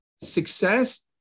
success